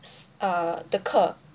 err the 课